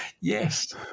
Yes